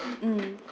mm